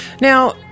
Now